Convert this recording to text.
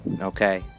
okay